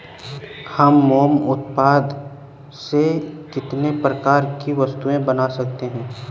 हम मोम उत्पाद से कितने प्रकार की वस्तुएं बना सकते हैं?